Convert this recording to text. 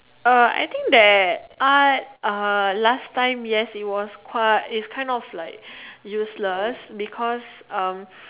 uh I think that art uh last time yes it was kind of like useless